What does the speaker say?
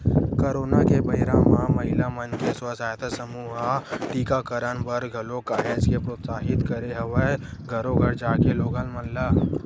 corona के बेरा म महिला मन के स्व सहायता समूह ह टीकाकरन बर घलोक काहेच के प्रोत्साहित करे हवय घरो घर जाके लोगन मन ल